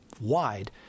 wide